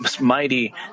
mighty